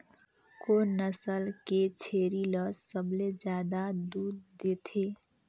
कोन नस्ल के छेरी ल सबले ज्यादा दूध देथे?